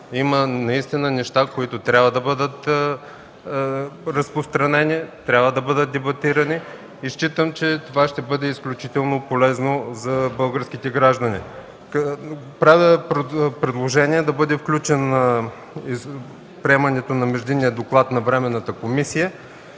Наистина има неща, които трябва да бъдат разпространени, трябва да бъдат дебатирани и считам, че това ще бъде изключително полезно за българските граждани. Правя предложение да бъде включено приемането на Междинния доклад на Временната комисия.